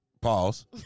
pause